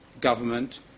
government